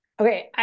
Okay